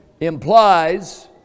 implies